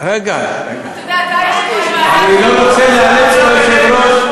אני לא רוצה לאמץ את היושב-ראש.